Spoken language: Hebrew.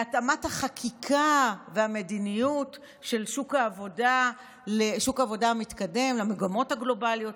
להתאמת החקיקה והמדיניות של שוק העבודה המתקדם למגמות הגלובליות?